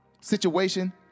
situation